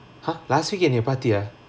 !huh! last week எனைய பாத்தியா:enaiya paathiyaa